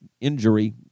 injury